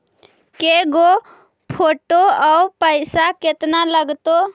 के गो फोटो औ पैसा केतना लगतै?